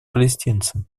палестинцам